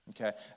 okay